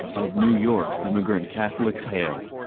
of new york's immigrant catholics hailed.